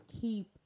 keep